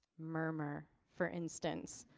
murmur for instance?